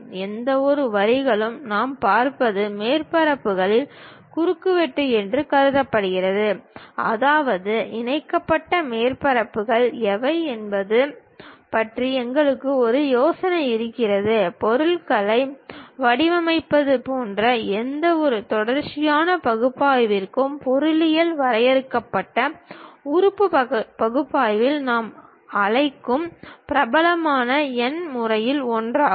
எந்தவொரு வரிகளும் நாம் பார்ப்பது மேற்பரப்புகளின் குறுக்குவெட்டு என்று கருதப்படுகிறது அதாவது இணைக்கப்பட்ட மேற்பரப்புகள் எவை என்பது பற்றி எங்களுக்கு ஒரு யோசனை இருக்கிறது பொருள்களை வடிவமைப்பது போன்ற எந்தவொரு தொடர்ச்சியான பகுப்பாய்விற்கும் பொறியியல் வரையறுக்கப்பட்ட உறுப்பு பகுப்பாய்வில் நாம் அழைக்கும் பிரபலமான எண் முறைகளில் ஒன்றாகும்